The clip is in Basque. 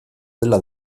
dela